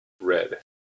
Red